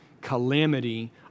calamity